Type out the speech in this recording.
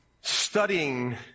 studying